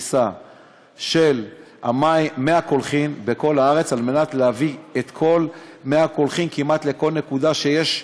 של מי הקולחין בכל הארץ כדי להביא את כל מי הקולחין כמעט לכל נקודה שיש,